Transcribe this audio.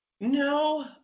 No